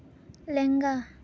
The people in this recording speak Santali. ᱞᱮᱝᱜᱟ